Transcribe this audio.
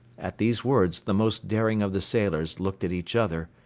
at these words the most daring of the sailors looked at each other,